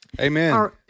Amen